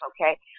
Okay